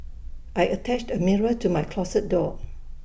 I attached A mirror to my closet door